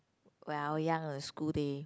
when I was young a school day